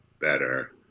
better